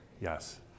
Yes